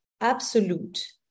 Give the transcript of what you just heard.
absolute